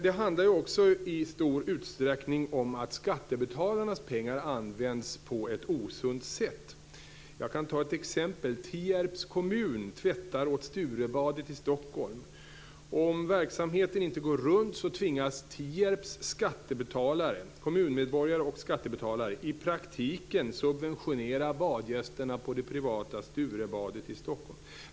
Det handlar också i stor utsträckning om att skattebetalarnas pengar används på ett osunt sätt. Jag kan ta ett exempel. Tierps kommun tvättar åt Sturebadet i Stockholm. Om verksamheten inte går runt tvingas Tierps kommunmedborgare och skattebetalare i praktiken subventionera badgästerna på det privata Sturebadet i Stockholm.